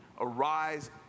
arise